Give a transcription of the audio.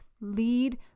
Lead